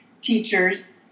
teachers